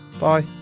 Bye